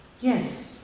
Yes